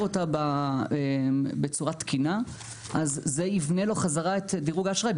אותה בצורה תקינה אז זה יבנה לו חזרה את דירוג האשראי,